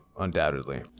undoubtedly